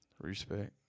Respect